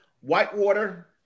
Whitewater